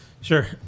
Sure